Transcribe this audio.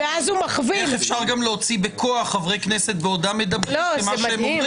איך אפשר גם להוציא בכוח חברי כנסת בעודם מדברים.